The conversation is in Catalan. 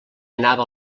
anava